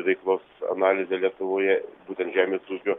veiklos analizė lietuvoje būtent žemės ūkio